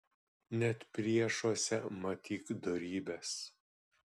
net priešuose matyk dorybes